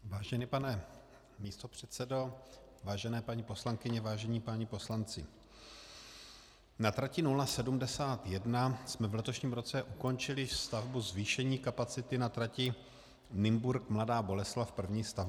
Vážený pane místopředsedo, vážené paní poslankyně, vážení páni poslanci, na trati 071 jsme v letošním roce ukončili stavbu zvýšení kapacity na trati Nymburk Mladá Boleslav, první stavba.